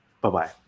Bye-bye